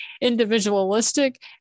individualistic